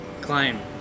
climb